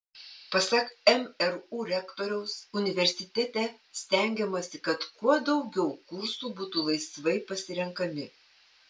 pasak mru rektoriaus universitete stengiamasi kad kuo daugiau kursų būtų laisvai pasirenkami